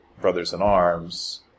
brothers-in-arms